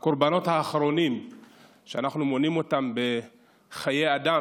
הקורבנות האחרונים שאנחנו מונים אותם בחיי אדם,